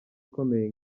ikomeye